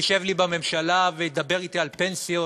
שישב לי בממשלה וידבר אתי על פנסיות?